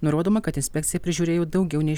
nurodoma kad inspekcija prižiūrėjo daugiau nei